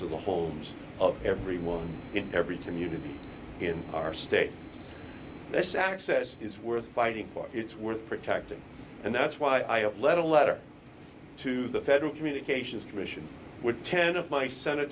into the homes of everyone in every community in our state this access is worth fighting for it's worth protecting and that's why i led a letter to the federal communications commission with ten of my sen